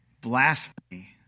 blasphemy